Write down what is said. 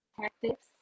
tactics